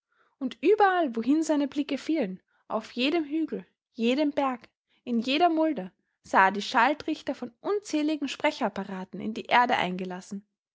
und überall wohin seine blicke fielen auf jedem hügel jedem berg in jeder mulde sah er die schalltrichter von unzähligen sprechapparaten in die erde eingelassen